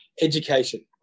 Education